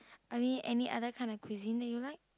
any any other kind of cuisine that you like